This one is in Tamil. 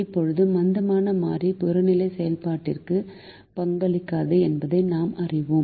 இப்போது மந்தமான மாறிகள் புறநிலை செயல்பாட்டிற்கு பங்களிக்காது என்பதை நாம் அறிவோம்